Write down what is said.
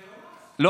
זה לא מס?